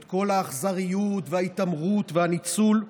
את כל האכזריות וההתעמרות והניצול,